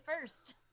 first